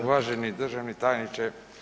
Uvaženi državni tajniče.